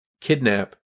kidnap